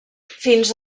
fins